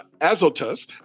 Azotus